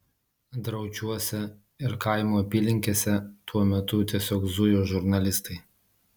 draučiuose ir kaimo apylinkėse tuo metu tiesiog zujo žurnalistai